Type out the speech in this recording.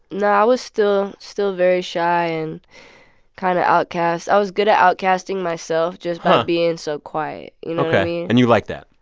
no. i was still still very shy and kind of outcast. i was good at outcasting myself just by being so quiet, you know. ok. what i mean? and you liked that?